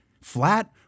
Flat